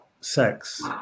sex